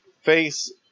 face